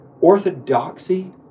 orthodoxy